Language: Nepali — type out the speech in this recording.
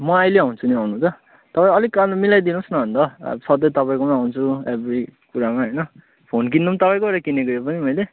म अहिले आउँछु नि आउनु त तर अलिक अनि मिलाइदिनुहोस् न अन्त अब सधैँ तपाईँकोमै आउँछु एभ्री कुरामा होइन फोन किन्नु पनि तपाईँकोबाटै किनेको यो पनि मैले